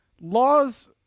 laws